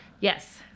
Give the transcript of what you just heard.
yes